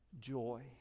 joy